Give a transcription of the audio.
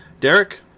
Derek